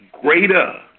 Greater